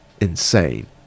insane